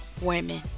women